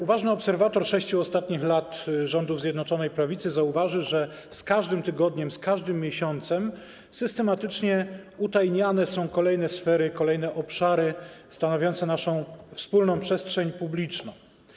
Uważny obserwator ostatnich 6 lat rządów Zjednoczonej Prawicy zauważy, że z każdym tygodniem, z każdym miesiącem systematycznie utajniane są kolejne sfery, kolejne obszary stanowiące naszą wspólną przestrzeń publiczną.